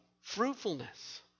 fruitfulness